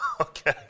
okay